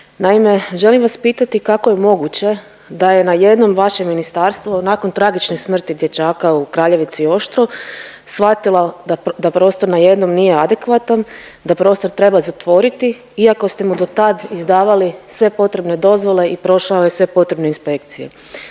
Naime, želim vas pitati kako je moguće da je najednom vaše ministarstvo nakon tragične smrti dječaka u Kraljevici, Oštro shvatila da prostor najednom nije adekvatan, da prostor treba zatvoriti iako ste mu do tad izdavali sve potrebne dozvole i prošao je sve potrebne inspekcije.